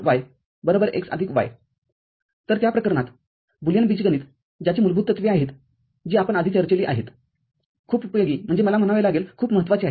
y x y तर त्या प्रकरणातबुलियन बीजगणित ज्याची मूलभूत तत्त्वे आहेत जी आपण आधी चर्चिली आहेत खूप उपयोगी म्हणजे मला म्हणावे लागेल खूप महत्वाचे आहे